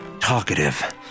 talkative